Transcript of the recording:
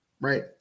right